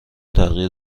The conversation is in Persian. تغییر